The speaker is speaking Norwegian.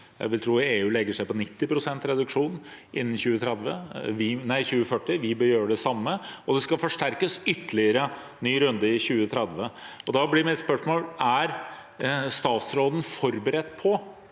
Jeg vil tro at EU legger seg på 90 pst. reduksjon innen 2040, og vi bør gjøre det samme. Dette skal forsterkes ytterligere ved en ny runde i 2030. Da blir mitt spørsmål: Er statsråden forberedt på